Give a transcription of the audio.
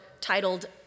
titled